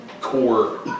core